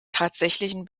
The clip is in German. tatsächlichen